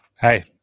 Hey